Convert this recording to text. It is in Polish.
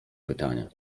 pytanie